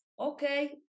Okay